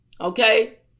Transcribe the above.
Okay